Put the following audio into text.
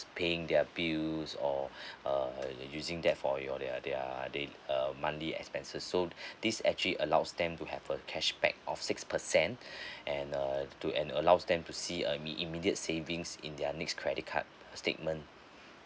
paying their bills or uh using that for your their their they uh monthly expenses so this actually allows them to have a cashback of six percent and uh to and uh allows them to see uh imme~ immediate savings in their next credit card statement